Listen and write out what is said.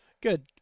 Good